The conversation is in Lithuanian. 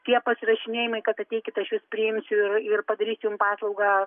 tie pasirašinėjimai kad ateikit aš jus priimsiu ir ir padarysiu jum paslaugą